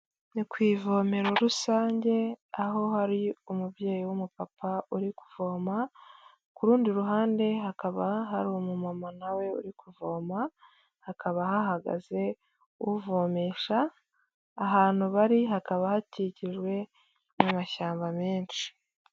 Ni ku ivomero rusange, aho hari umubyeyi w'umupapa uri kuvoma, ku rundi ruhande hakaba hari umuma na we uri kuvoma, hakaba hahagaze uvomesha, ahantu bari hakaba hakikijwe n'amashyamba menshi.